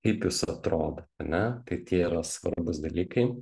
kaip jūs atrodot ane tai tie yra svarbūs dalykai